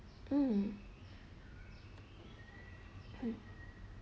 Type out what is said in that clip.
um uh